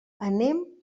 anem